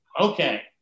Okay